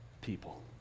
people